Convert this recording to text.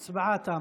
בבקשה.